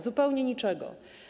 Zupełnie niczego.